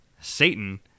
Satan